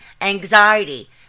anxiety